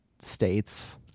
States